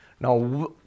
Now